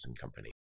company